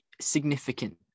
significant